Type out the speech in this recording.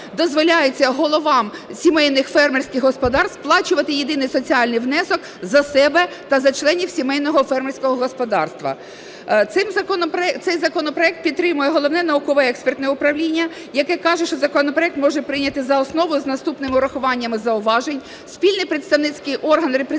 дозволяється головам сімейних фермерських господарств сплачувати єдиний соціальний внесок за себе та за членів сімейного фермерського господарства. Цей законопроект підтримає Головне науково-експертне управління, яке каже, що законопроект може прийняти за основу з наступним урахуванням і зауваженням спільний представницький орган репрезентативних